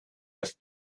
erst